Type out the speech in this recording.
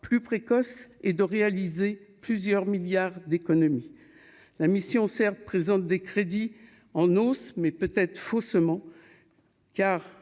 plus précoce et de réaliser plusieurs milliards d'économies, la mission certes présente des crédits en hausse, mais peut être faussement car